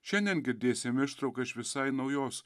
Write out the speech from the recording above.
šiandien girdėsime ištrauką iš visai naujos